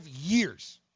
years